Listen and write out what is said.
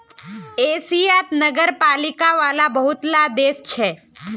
एशियात नगरपालिका वाला बहुत ला देश छे